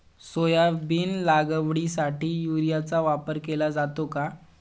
Soybean लागवडीसाठी युरियाचा वापर केला जातो का?